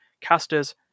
Casters